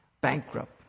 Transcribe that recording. bankrupt